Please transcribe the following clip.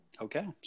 Okay